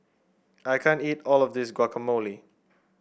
I can't eat all of this Guacamole